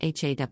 HAW